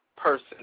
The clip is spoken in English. person